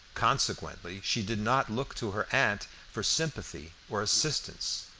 consequently she did not look to her aunt for sympathy or assistance,